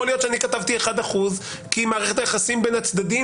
יכול להיות שאני כתבתי אחד אחוז כי מערכת היחסים בין הצדדים